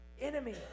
enemy